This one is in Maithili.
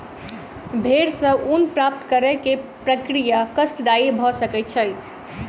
भेड़ सॅ ऊन प्राप्त करै के प्रक्रिया कष्टदायी भ सकै छै